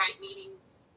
meetings